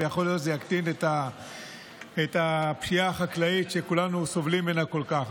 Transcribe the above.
ויכול להיות שזה יקטין את הפשיעה החקלאית שכולנו סובלים ממנה כל כך.